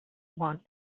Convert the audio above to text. want